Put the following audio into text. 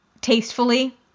tastefully